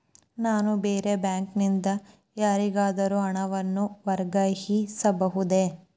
ನಾನು ಬೇರೆ ಬ್ಯಾಂಕ್ ನಿಂದ ಯಾರಿಗಾದರೂ ಹಣವನ್ನು ವರ್ಗಾಯಿಸಬಹುದೇ?